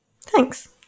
Thanks